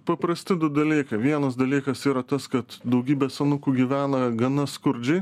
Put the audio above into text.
paprasti du dalykai vienas dalykas yra tas kad daugybė senukų gyvena gana skurdžiai